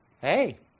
hey